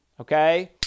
Okay